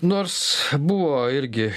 nors buvo irgi